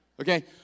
Okay